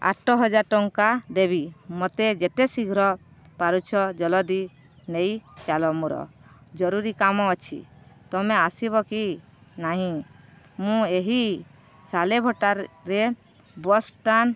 ଆଠ ହଜାର ଟଙ୍କା ଦେବି ମତେ ଯେତେ ଶୀଘ୍ର ପାରୁଛ ଜଲଦି ନେଇ ଚାଲ ମୋର ଜରୁରୀ କାମ ଅଛି ତମେ ଆସିବ କି ନାହିଁ ମୁଁ ଏହି ସାଲେଭଟାରେ ବସ୍ଷ୍ଟାଣ୍ଡ